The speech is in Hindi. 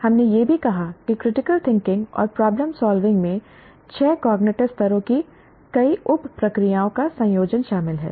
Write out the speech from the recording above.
हमने यह भी कहा कि क्रिटिकल थिंकिंग और प्रॉब्लम सॉल्विंग में छह कॉग्निटिव स्तरों की कई उप प्रक्रियाओं का संयोजन शामिल है